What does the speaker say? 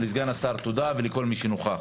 לסגן השר תודה ולכל מי שנוכח.